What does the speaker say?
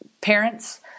parents